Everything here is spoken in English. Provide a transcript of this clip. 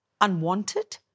Unwanted